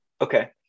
Okay